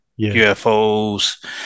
UFOs